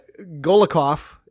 Golikov